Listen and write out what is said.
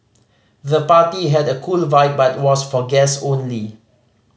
the party had a cool vibe but was for guests only